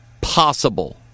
possible